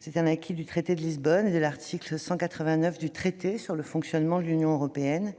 cela est un acquis du traité de Lisbonne et de l'article 189 du traité sur le fonctionnement de l'Union européenne,